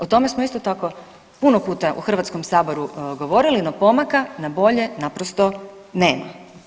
O tome smo isto tako puno puta u Hrvatskom saboru govorili, no pomaka na bolje naprosto nema.